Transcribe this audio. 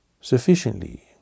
sufficiently